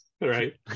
Right